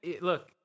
look